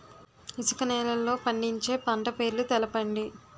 ఇసుక నేలల్లో పండించే పంట పేర్లు తెలపండి?